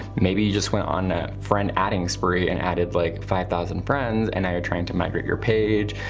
maybe you just went on a friend adding spree and added like five thousand friends and now you're trying to migrate your page.